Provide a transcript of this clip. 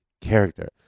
character